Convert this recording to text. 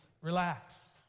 relax